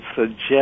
suggest